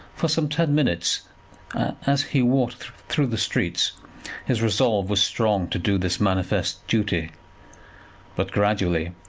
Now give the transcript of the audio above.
for some ten minutes as he walked through the streets his resolve was strong to do this manifest duty but, gradually,